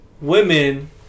women